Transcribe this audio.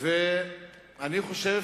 אני חושב